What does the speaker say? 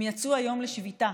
הם יצאו היום לשביתה,